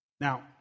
Now